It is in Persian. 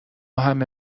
همه